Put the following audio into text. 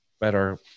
better